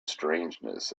strangeness